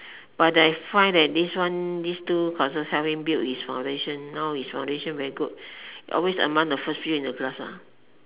but I find that this one this two courses help him build his foundation now his foundation very good always among the first few in the class